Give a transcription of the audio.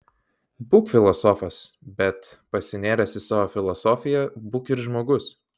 būk filosofas bet pasinėręs į savo filosofiją būk ir žmogus